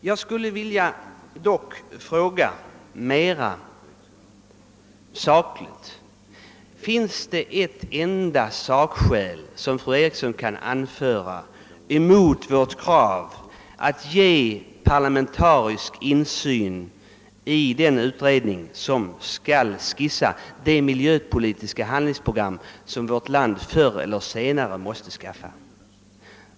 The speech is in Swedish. Jag skulle dock mera direkt vilja fråga, om fru Eriksson kan anföra ett enda sakskäl mot vårt krav att ge parlamentarisk insyn i den utredning, som skall skissera det miljöpolitiska handlingsprogram vårt land förr eller senare måste skaffa sig.